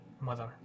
mother